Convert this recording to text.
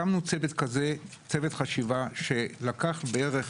הקמנו צוות חשיבה ולקח בערך